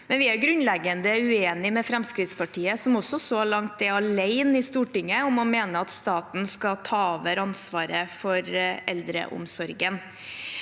vi er grunnleggende uenig med Fremskrittspartiet, som så langt er alene i Stortinget om å mene at staten skal ta over ansvaret for eldreomsorgen.